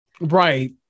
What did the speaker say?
right